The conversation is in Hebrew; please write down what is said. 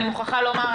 אני מוכרחה לומר,